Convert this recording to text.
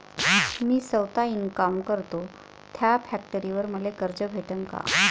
मी सौता इनकाम करतो थ्या फॅक्टरीवर मले कर्ज भेटन का?